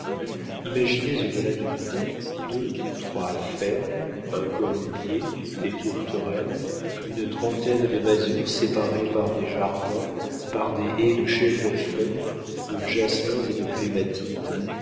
imaginez au delà du pont deux ou trois fermes un colombier des tourterelles une trentaine de masures séparées par des jardins par des haies de chèvrefeuilles de jasmins et de clématites